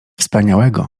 wspaniałego